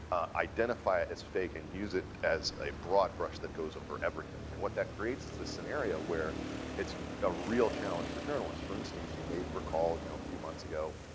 identify it as fake, and use it as a broad brush that goes over everything. and what that creates is a scenario where it's a real challenge for journalists. for instance, you may recall a you know few months ago,